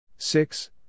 Six